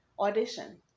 audition